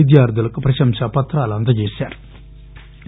విద్యార్దులకు ప్రశంసాపత్రాలు అందజేశారు